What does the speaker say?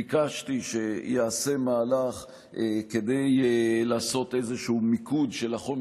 ביקשתי שייעשה מהלך כדי לעשות איזשהו מיקוד של החומר